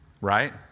Right